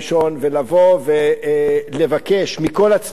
ולבוא ולבקש מכל הצדדים,